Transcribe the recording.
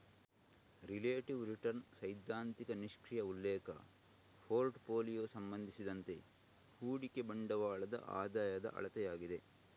relative return ಸೈದ್ಧಾಂತಿಕ ನಿಷ್ಕ್ರಿಯ ಉಲ್ಲೇಖ ಪೋರ್ಟ್ ಫೋಲಿಯೊ ಸಂಬಂಧಿಸಿದಂತೆ ಹೂಡಿಕೆ ಬಂಡವಾಳದ ಆದಾಯದ ಅಳತೆಯಾಗಿದೆ